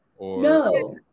No